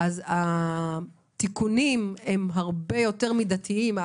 אז התיקונים הם הרבה יותר מידתיים.